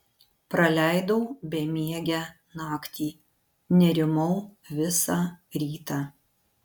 praleidau bemiegę naktį nerimau visą rytą